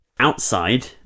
Outside